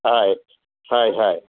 हय हय हय